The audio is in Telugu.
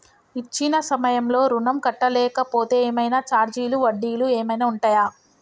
ఇచ్చిన సమయంలో ఋణం కట్టలేకపోతే ఏమైనా ఛార్జీలు వడ్డీలు ఏమైనా ఉంటయా?